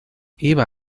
iba